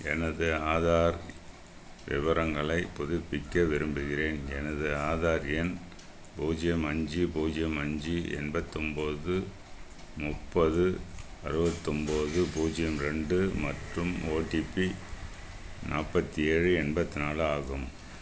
எனது ஆதார் விவரங்களை புதுப்பிக்க விரும்புகிறேன் எனது ஆதார் எண் பூஜ்ஜியம் அஞ்சு பூஜ்ஜியம் அஞ்சு எண்பத்து ஒன்போது முப்பது அறுபத்து ஒன்போது பூஜ்ஜியம் ரெண்டு மற்றும் ஓடிபி நாற்பத்தி ஏழு எண்பத்து நாலு ஆகும்